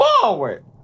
forward